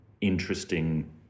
interesting